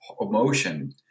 emotion